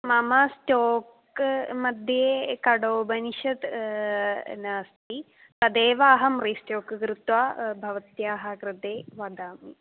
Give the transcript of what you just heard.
मम स्टोक् मध्ये कठोपनिषत् नास्ति तदेव अहं रिस्टोक् कृत्वा भवत्याः कृते वदामि